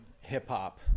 hip-hop